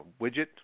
widget